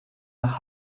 nach